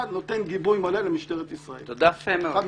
נותן גיבוי מלא למשטרת ישראל חד-משמעית,